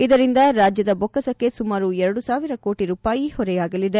ಇದರಿಂದ ರಾಜ್ಯ ಬೊಕ್ಕಸಕ್ಕೆ ಸುಮಾರು ಎರಡು ಸಾವಿರ ಕೋಟಿ ರೂಪಾಯಿ ಹೊರೆಯಾಗಲಿದೆ